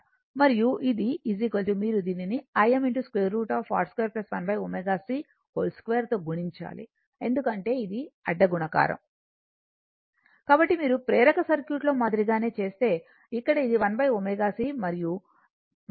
మరియు ఇది మీరు దీనిని Im √ R 2 1ω c 2 తో గుణించాలి ఎందుకంటే ఇది అడ్డ గుణకారం కాబట్టి మీరు ప్రేరక సర్క్యూట్ లో మాదిరిగానే చేస్తే ఇక్కడ ఇది 1ω c మరియు గుర్తు వస్తుంది